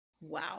Wow